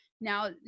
Now